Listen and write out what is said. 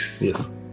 yes